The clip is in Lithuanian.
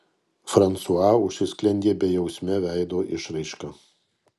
fransua užsisklendė bejausme veido išraiška